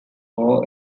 war